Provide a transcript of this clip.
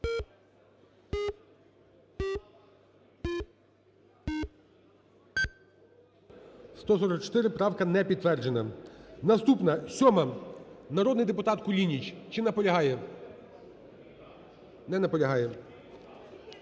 144, правка не підтверджена. Наступна, 7-а. Народний депутат Кулініч, чи наполягає? Не наполягає.